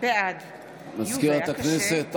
בעד מזכירת הכנסת,